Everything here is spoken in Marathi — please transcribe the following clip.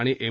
आणि एम